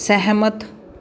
ਸਹਿਮਤ